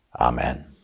amen